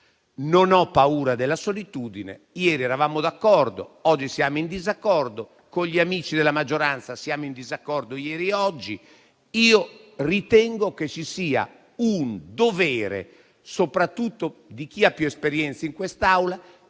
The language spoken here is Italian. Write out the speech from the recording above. Non ho paura della solitudine: ieri eravamo d'accordo, oggi siamo in disaccordo. Con gli amici della maggioranza, eravamo in disaccordo ieri come oggi. Io ritengo che vi sia un dovere, soprattutto da parte di chi ha più esperienza in quest'Aula,